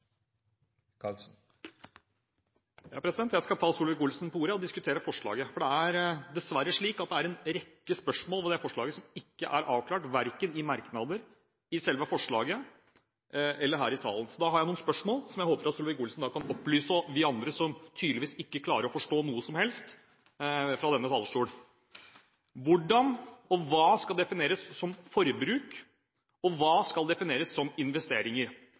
dessverre slik at det er en rekke spørsmål ved det forslaget som ikke er avklart, verken i merknader, i selve forslaget eller her i salen. Så da har jeg noen spørsmål, og jeg håper at representanten Solvik-Olsen kan opplyse oss andre som tydeligvis ikke klarer å forstå noe som helst, fra denne talerstolen. Hva skal defineres som forbruk, og hva skal defineres som investeringer?